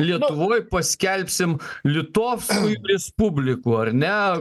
lietuvoj paskelbsim litovskuju rispubliku ar ne